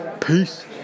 Peace